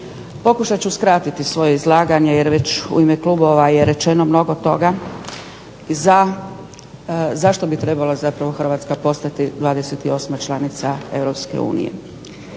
Pokušat ću skratiti svoje izlaganje jer već u ime klubova je rečeno mnogo toga zašto bi trebala zapravo Hrvatska postati 28 članica EU.